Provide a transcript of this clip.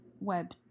web